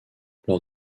lors